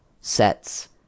sets